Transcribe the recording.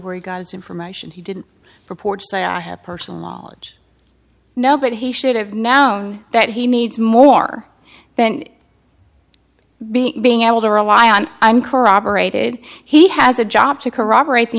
where he got his information he didn't report so i have personal knowledge nobody should have now known that he needs more than being being able to rely on i'm corroborated he has a job to corroborate the